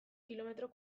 kilometro